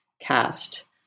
cast